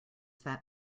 that